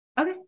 Okay